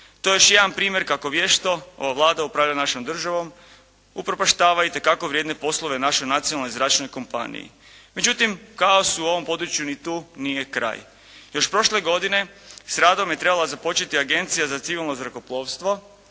To je još jedan primjer kako vješto ova Vlada upravlja našom državom, upropaštava itekako vrijedne poslove našoj nacionalnoj zračnoj kompaniji. Međutim, kaosu u ovom području ni tu nije kraj. Još prošle godine s radom je trebala započeti Agencija za civilno zrakoplovstvo